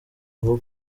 vuba